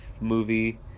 movie